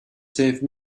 save